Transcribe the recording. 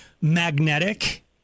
magnetic